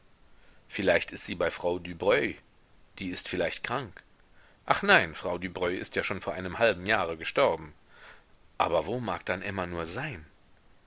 vielleicht ist sie bei frau dübreuil die ist vielleicht krank ach nein frau dübreuil ist ja schon vor einem halben jahre gestorben aber wo mag dann emma nur sein